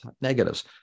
negatives